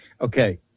okay